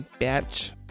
bitch